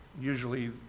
usually